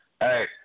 Hey